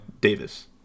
davis